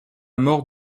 mort